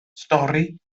stori